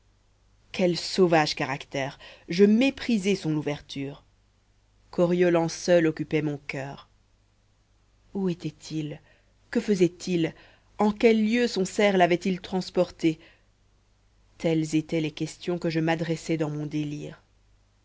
quel sauvage caractère je méprisai son ouverture coriolan seul occupait mon coeur où était-il que faisait-il en quels lieux son cerf l'avait-il transporté telles étaient les questions que je m'adressais dans mon délire